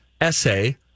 essay